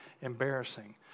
embarrassing